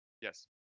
Yes